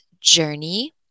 journey